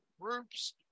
groups